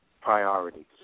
priorities